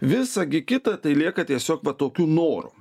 visa gi kita tai lieka tiesiog va tokiu noru